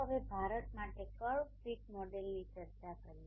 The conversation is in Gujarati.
ચાલો હવે ભારત માટે કર્વ ફીટ મોડેલની ચર્ચા કરીએ